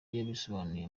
yabisobanuye